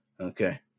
Okay